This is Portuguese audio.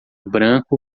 branco